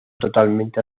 totalmente